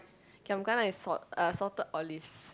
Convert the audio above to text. giam gana is salt uh salted olives